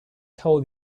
told